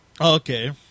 Okay